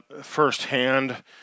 firsthand